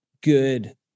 good